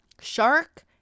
shark